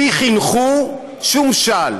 אותי חינכו, שום שעל.